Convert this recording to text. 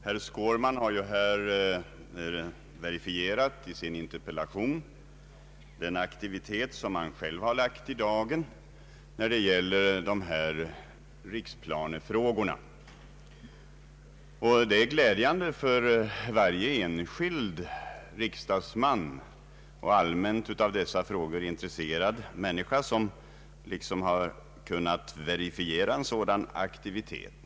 Herr talman! Herr Skårman har genom sin interpellation verifierat den aktivitet som han själv har lagt i dagen när det gäller riksplanefrågorna. Det är glädjande att en enskild riksdagsman och av dessa frågor allmänt intresserad person kunnat visa en sådan aktivitet.